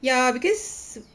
ya because